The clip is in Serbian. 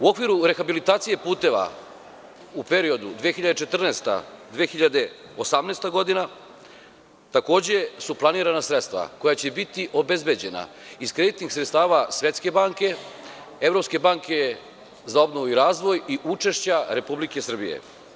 U okviru rehabilitacije puteva u periodu 2014-2018. godina takođe su planirana sredstva koja će biti obezbeđena iz kreditnih sredstava Svetske banke, Evropske banke za obnovu i razvoj i učešća RS.